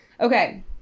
Okay